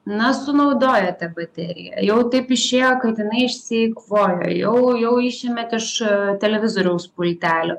na sunaudojote bateriją jau taip išėjo kad jinai išsieikvojo jau jau išėmėt iš televizoriaus pultelio